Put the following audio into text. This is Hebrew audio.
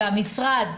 והמשרד,